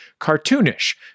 cartoonish